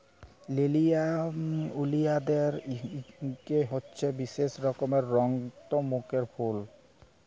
লেরিয়াম ওলিয়ালদের হছে ইকট বিশেষ রকমের রক্ত রঙের ফুল